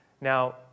Now